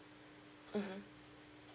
mmhmm